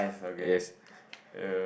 yes